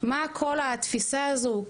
מה כל התפיסה הזאת?